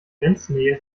grenznähe